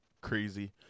crazy